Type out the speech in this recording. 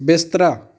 ਬਿਸਤਰਾ